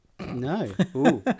No